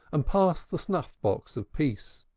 and passed the snuff-box of peace